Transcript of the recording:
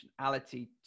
functionality